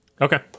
Okay